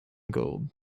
gold